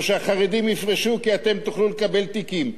או שהחרדים יפרשו, כי אתם תוכלו לקבל תיקים.